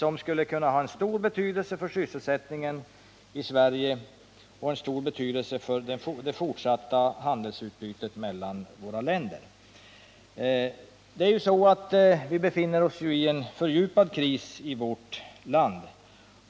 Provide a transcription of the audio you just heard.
De skulle kunna ha stor betydelse för sysselsättningen i Sverige och för det fortsatta handelsutbytet mellan våra länder. Vi befinner oss ju i en fördjupad kris i vårt land.